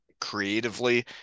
creatively